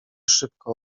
szybko